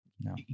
no